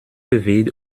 wird